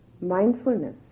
mindfulness